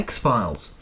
X-Files